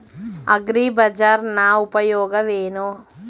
ಅಗ್ರಿಬಜಾರ್ ನ ಉಪಯೋಗವೇನು?